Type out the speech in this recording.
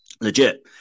Legit